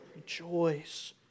Rejoice